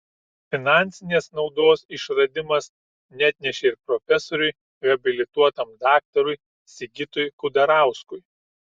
finansinės naudos išradimas neatnešė ir profesoriui habilituotam daktarui sigitui kudarauskui